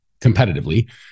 competitively